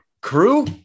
crew